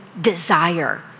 desire